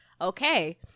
okay